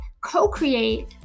co-create